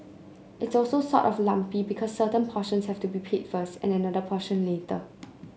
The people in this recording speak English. it's also sort of lumpy because certain portions have to be paid first and another portion later